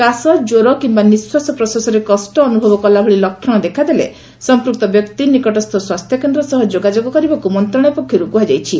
କାଶ ଜ୍ୱର କିମ୍ବା ନିଃଶ୍ୱାସ ପ୍ରଶ୍ୱାସରେ କଷ୍ଟ ଅନୁଭବ କଲାଭଳି ଲକ୍ଷଣ ଦେଖାଦେଲେ ସଂପୂକ୍ତ ବ୍ୟକ୍ତି ନିକଟସ୍ଥ ସ୍ୱାସ୍ଥ୍ୟକେନ୍ଦ୍ର ସହ ଯୋଗାଯୋଗ କରିବାକୁ ମନ୍ତ୍ରଣାଳୟ ପକ୍ଷରୁ କୁହାଯାଇଛି